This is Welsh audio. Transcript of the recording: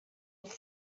wrth